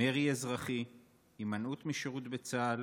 מרי אזרחי, הימנעות משירות בצה"ל